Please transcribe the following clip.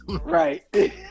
Right